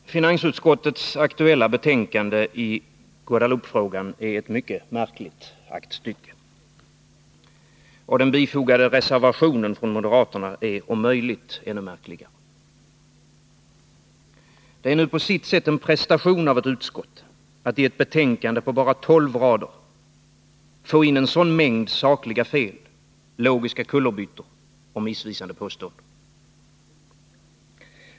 Herr talman! Finansutskottets aktuella betänkande i Guadeloupefrågan är ett mycket märkligt aktstycke. Och den till betänkandet fogade reservationen från moderaterna är om möjligt ännu märkligare. Det är på sitt sätt en prestation av ett utskott att i ett betänkande på bara 12 rader få in en sådan mängd sakliga fel, logiska kullerbyttor och missvisande påståenden.